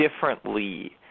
differently